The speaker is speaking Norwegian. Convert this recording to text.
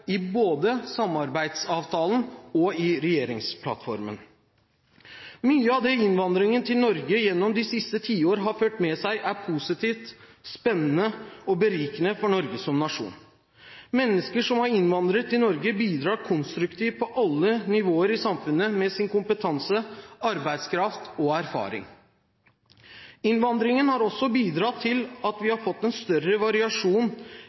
i både samarbeidsavtalen og regjeringsplattformen. Mye av det innvandringen til Norge gjennom de siste tiår har ført med seg, er positivt, spennende og berikende for Norge som nasjon. Mennesker som har innvandret til Norge, bidrar konstruktivt på alle nivåer i samfunnet med sin kompetanse, arbeidskraft og erfaring. Innvandringen har også bidratt til at vi har fått en større variasjon